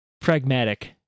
Pragmatic